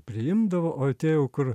priimdavo o tie jau kur